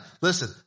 listen